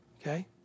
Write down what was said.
Okay